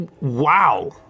wow